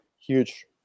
Huge